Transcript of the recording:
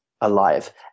alive